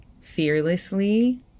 fearlessly